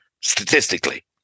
statistically